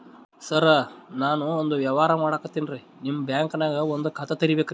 ಸರ ನಾನು ಒಂದು ವ್ಯವಹಾರ ಮಾಡಕತಿನ್ರಿ, ನಿಮ್ ಬ್ಯಾಂಕನಗ ಒಂದು ಖಾತ ತೆರಿಬೇಕ್ರಿ?